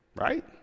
right